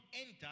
enter